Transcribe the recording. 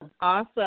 Awesome